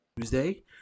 Tuesday